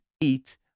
eat